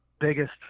biggest